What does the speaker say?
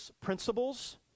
principles